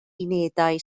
unedau